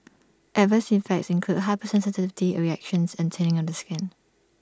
adverse effects include hypersensitivity reactions and thinning of the skin